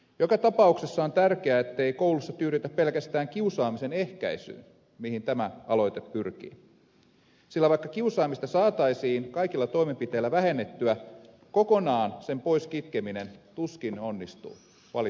joka tapauksessa on tärkeää ettei koulussa tyydytä pelkästään kiusaamisen ehkäisyyn mihin tämä aloite pyrkii sillä vaikka kiusaamista saataisiin kaikilla toimenpiteillä vähennettyä kokonaan sen pois kitkeminen tuskin onnistuu valitettavasti